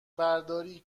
برداری